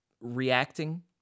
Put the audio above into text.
reacting